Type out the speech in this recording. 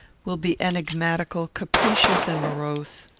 will be enigmatical, capricious, and morose.